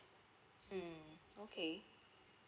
mm okay